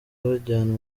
bajyanwa